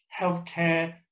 healthcare